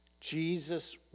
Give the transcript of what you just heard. Jesus